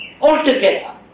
altogether